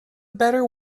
better